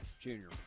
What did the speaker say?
junior